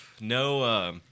no